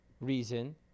reason